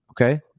Okay